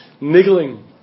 niggling